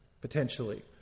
potentially